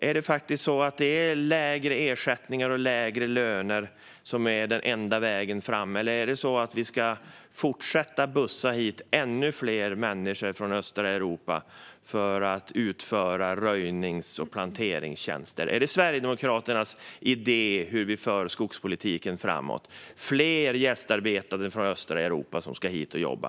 Är det lägre ersättningar och lägre löner som är den enda vägen fram? Eller ska vi bussa hit ännu fler människor från östra Europa för att utföra röjnings och planteringstjänster? Är det Sverigedemokraternas idé om hur vi för skogspolitiken framåt att fler gästarbetare från östra Europa ska komma hit och jobba?